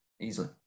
easily